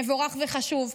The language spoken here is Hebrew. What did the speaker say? זה מבורך וחשוב.